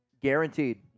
Guaranteed